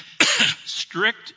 strict